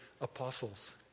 apostles